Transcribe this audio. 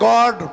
God